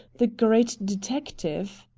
the great detective.